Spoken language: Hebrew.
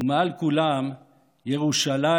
ומעל כולם ירושלים,